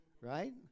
right